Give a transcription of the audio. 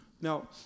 Now